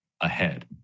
ahead